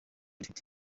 rifite